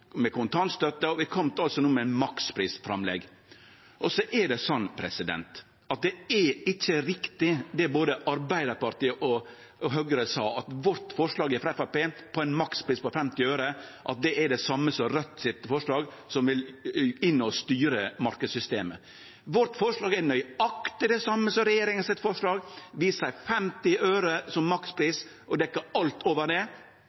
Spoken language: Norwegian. kontantstøtte, og vi kom no med eit framlegg om makspris. Så er det ikkje riktig det Arbeidarpartiet og Høgre sa om at forslaget frå Framstegspartiet om ein makspris på 50 øre er det same som forslaget frå Raudt, som vil inn og styre marknadssystemet. Vårt forslag er nøyaktig det same som regjeringa sitt forslag. Vi seier 50 øre i makspris og vil dekkje alt over det.